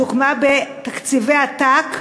שהוקמה בתקציבי עתק,